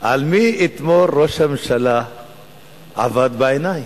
על מי אתמול ראש הממשלה עבד בעיניים,